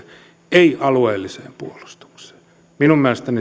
ei alueelliseen puolustukseen minun mielestäni